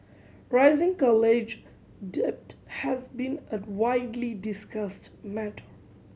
rising college debt has been a widely discussed matter